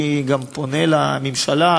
אני גם פונה לממשלה,